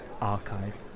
archive